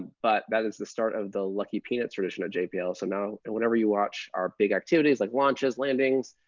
but that is the start of the lucky peanut tradition at jpl. so now and whenever you watch our big activities like launches, landings,